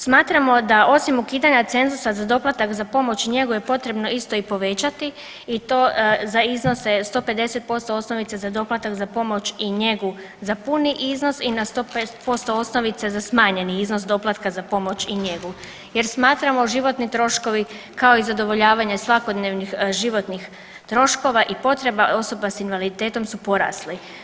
Smatramo da osim ukidanja cenzusa za doplatak za pomoć i njegu je potrebno isto i povećati i to za iznose 150% osnovice za doplatak za pomoć i njegu za puni iznos i na 100% osnovice za smanjeni iznos doplatka za pomoć i njegu jer smatramo životni troškovi kao i zadovoljavanje svakodnevnih životnih troškova i potreba osoba s invaliditetom su porasli.